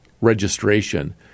registration